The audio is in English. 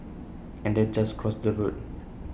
and then just cross the road